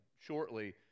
shortly